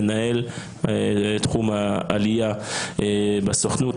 מנהל תחום העלייה בסוכנות,